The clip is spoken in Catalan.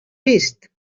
vist